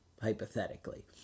hypothetically